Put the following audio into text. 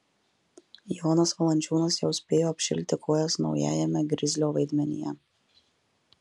jonas valančiūnas jau spėjo apšilti kojas naujajame grizlio vaidmenyje